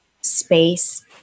space